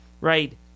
right